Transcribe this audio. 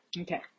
Okay